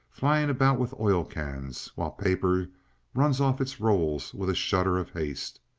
flying about with oil-cans, while paper runs off its rolls with a shudder of haste.